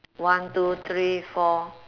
one two three four